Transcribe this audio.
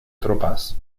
tropas